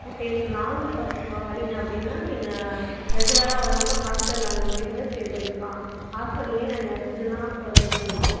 okay நீங்கள் long வ வரிங்க அப்படினா நீங்கள் ரெகுலராக வராமல் ஹாஸ்டல் அந்த மாதிரி கூட ஸ்டே பண்ணிக்கலாம் ஹொஸ்டல்லையே நாங்கள் ஃபுட் எல்லாம் புரொவைட் பண்ணுறோம்